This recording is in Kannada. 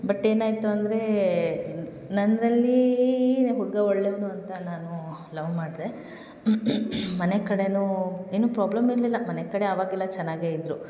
ಬಟ್ ಏನಾಯಿತು ಅಂದರೆ ನಂದರಲ್ಲಿ ಹುಡುಗ ಒಳ್ಳೆವನು ಅಂತ ನಾನೂ ಲವ್ ಮಾಡಿದೆ ಮನೆ ಕಡೆಯೂ ಏನೂ ಪ್ರಾಬ್ಲಮ್ ಇರಲಿಲ್ಲ ಮನೆ ಕಡೆ ಅವಾಗೆಲ್ಲ ಚೆನ್ನಾಗೇ ಇದ್ದರು